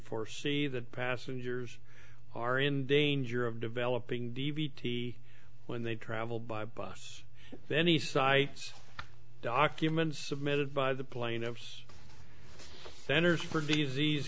foresee that passengers are in danger of developing d v d when they travel by bus any cites documents submitted by the plaintiffs centers for disease